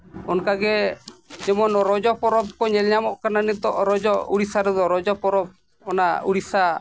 ᱚᱱᱠᱟᱜᱮ ᱡᱮᱢᱚᱱ ᱨᱚᱡᱚ ᱯᱚᱨᱚᱵᱽ ᱠᱚ ᱧᱮᱞ ᱧᱟᱢᱚᱜ ᱠᱟᱱᱟ ᱱᱤᱛᱚᱜ ᱨᱚᱡᱚ ᱳᱰᱤᱥᱟ ᱨᱮᱫᱚ ᱨᱚᱡᱚ ᱯᱚᱨᱚᱵᱽ ᱚᱱᱟ ᱳᱰᱤᱥᱟ